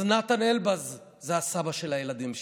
אז נתן אלבז זה הסבא של הילדים שלי.